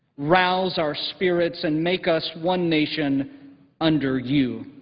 rouse our spirit and make us one nation under you.